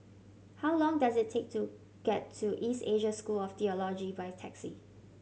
how long does it take to get to East Asia School of Theology by taxi